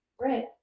Right